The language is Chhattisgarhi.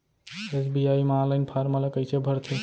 एस.बी.आई म ऑनलाइन फॉर्म ल कइसे भरथे?